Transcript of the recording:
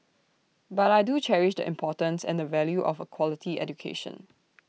but I do cherish the importance and the value of A quality education